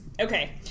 Okay